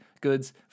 goods